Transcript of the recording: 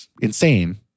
insane